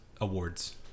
Awards